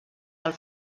del